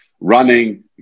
running